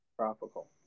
tropical